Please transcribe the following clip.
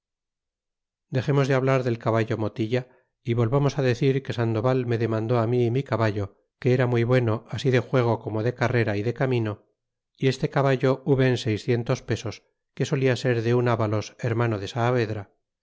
dexemos de hablar del caballo motilla y volvamos á decir que sandoval me demandó á mí mi caballo que era muy bueno así de juego como de carrera y de camino y este caballo hube en seiscientos pesos que solia ser de un avalos hermano de saavedra